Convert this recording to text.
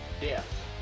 death